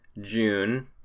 june